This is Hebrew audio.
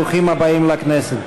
ברוכים הבאים לכנסת.